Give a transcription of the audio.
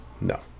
no